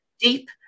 deep